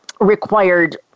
required